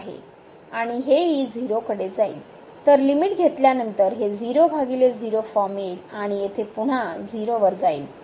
तर लिमिट घेतल्यानंतर हे 00 फॉर्म येईल आणि येथे पुन्हा 0 वर जाईल